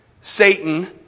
satan